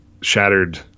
shattered